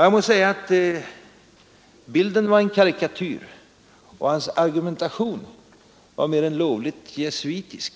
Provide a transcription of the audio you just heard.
Jag måste säga att bilden var en karikatyr, och herr Hallgrens argumentation var mer än lovligt jesuitisk.